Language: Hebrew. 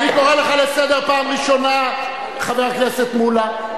אני קורא לך לסדר פעם ראשונה, חבר הכנסת מולה.